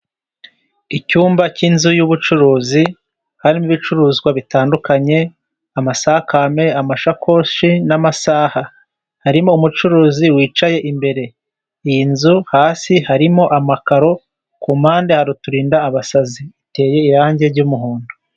Icyumba cy'inzu y'ubucuruzi harimo ibicuruzwa bitandukanye: amasakame, amasakoshi, n'amasaha. Harimo umucuruzi wicaye imbere. Iyi nzu hasi harimo amakaro, ku mpande hari ruturinda abasazi, iteye irangi ry'umuhondo.